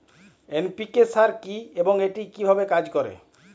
NPK সার কি এবং এটি কিভাবে কাজ করে?